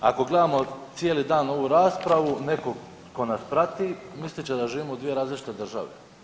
Ako gledamo cijeli dan ovu raspravu netko tko nas prati mislit će da živimo u dvije različite države.